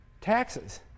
taxes